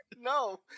No